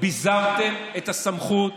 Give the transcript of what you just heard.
ביזרתם את הסמכות